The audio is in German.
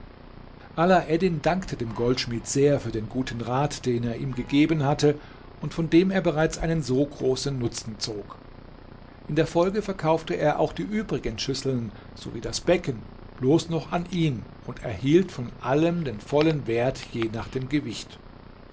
alaeddin dankte dem goldschmied sehr für den guten rat den er ihm gegeben hatte und von dem er bereits einen so großen nutzen zog in der folge verkaufte er auch die übrigen schüsseln sowie das becken bloß noch an ihn und erhielt von allem den vollen wert je nach dem gewicht